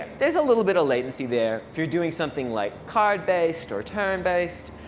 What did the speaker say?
there's a little bit of latency there. if you're doing something like card-based or return-based,